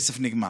הכסף נגמר.